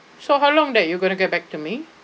so how long that you're going to get back to me